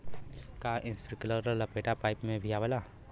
का इस्प्रिंकलर लपेटा पाइप में भी आवेला?